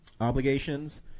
obligations